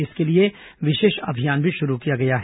इसके लिए विशेष अभियान भी शुरू किया गया है